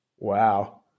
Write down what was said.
Wow